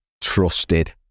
trusted